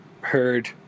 heard